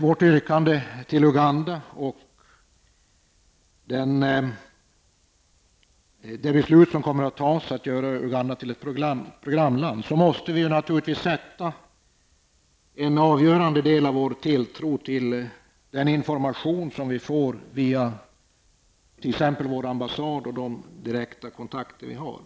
När det gäller beslutet i frågan om att göra Uganda till ett programland måste vi naturligtvis sätta en avgörande del av vår tilltro till den information som vi får via t.ex. vår ambassad och de direkta kontakter som vi har.